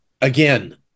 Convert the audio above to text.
again